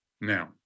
Now